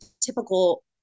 typical